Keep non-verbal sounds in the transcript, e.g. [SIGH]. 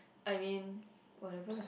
I mean [BREATH] whatever lah